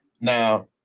Now